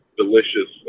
delicious